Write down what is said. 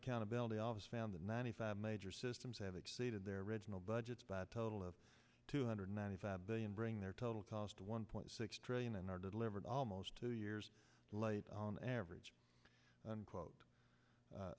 accountability office found that ninety five major systems have exceeded their original budgets by a total of two hundred ninety five billion bring their total cost one point six trillion and are delivered almost two years late on average unquote